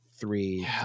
three